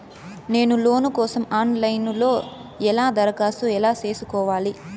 నేను లోను కోసం online లో ఎలా దరఖాస్తు ఎలా సేసుకోవాలి?